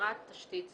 ביצירת תשתית זו.